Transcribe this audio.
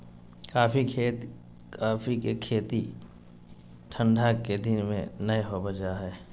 coffee के खेती ठंढा के दिन में नै कइल जा हइ